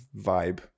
vibe